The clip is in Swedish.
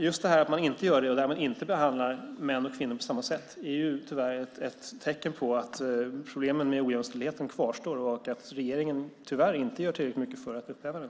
Just det här att man inte gör det och därmed inte behandlar män och kvinnor på samma sätt är tyvärr ett tecken på att problemen med ojämställdheten kvarstår och att regeringen tyvärr inte gör tillräckligt mycket för att upphäva den.